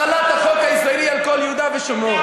החלת החוק הישראלי על כל יהודה ושומרון.